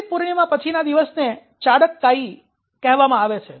કાર્તિક પૂર્ણીમા પછીના દિવસને 'ચાડક કાઇ' કહેવામાં આવે છે